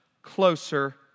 Closer